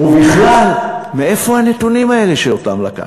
ובכלל, מאיפה הנתונים האלה שלקחתם?